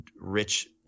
rich